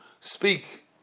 speak